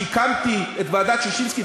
עשרות מיליארדים לחינוך,